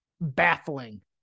baffling